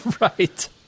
Right